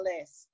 list